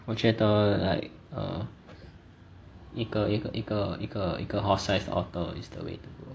我觉得 like err 一个一个一个一个一个 horse sized otter is the way to go